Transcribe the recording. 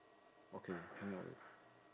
okay ignore it